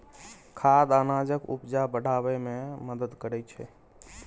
खाद अनाजक उपजा बढ़ाबै मे मदद करय छै